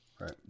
Right